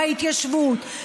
בהתיישבות,